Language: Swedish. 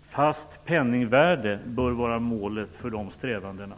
och fast penningvärde. Det bör vara målet för strävandena.